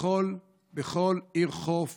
שבכל עיר חוף